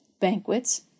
banquets